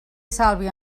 sàlvia